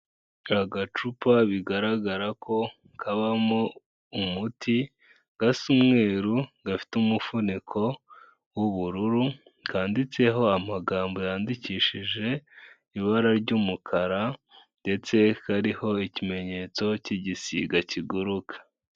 Agacupa bigaragara ko kabamo umuti, gasa umweru, gafite umufuniko w'ubururu, kanditseho amagambo yandikishije ibara ry'umukara ndetse kariho ikimenyetso cy'igisiga kiguruka.